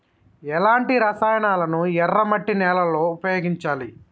ఎలాంటి రసాయనాలను ఎర్ర మట్టి నేల లో ఉపయోగించాలి?